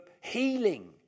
healing